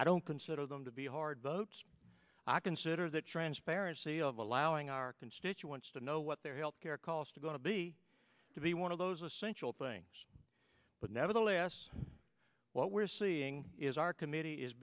i don't consider them to be hard votes i consider that transparency of allowing our constituents to know what their health care costs are going to be to be one of those essential things but nevertheless what we're seeing is our committee is